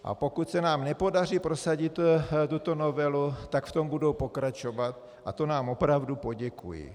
A pokud se nám nepodaří prosadit tuto novelu, tak v tom budou pokračovat, a to nám opravdu poděkují.